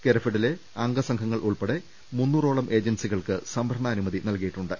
കേരഫഡിലെ അംഗസംഘ ങ്ങൾ ഉൾപ്പെടെ മുന്നൂറോളം ഏജൻസികൾക്ക് സംഭരണാനുമതി നൽകിയി ട്ടുണ്ട്